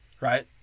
Right